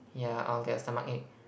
ya I'll get stomachache